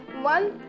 One